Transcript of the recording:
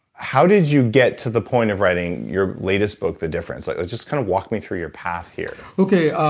how did you get to the point of writing your latest book, the difference. like just kind of walk me through your path here okay,